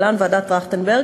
להלן: ועדת טרכטנברג,